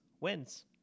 wins